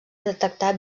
detectar